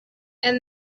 and